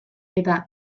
eta